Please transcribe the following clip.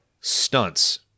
stunts